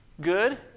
Good